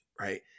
right